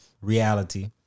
reality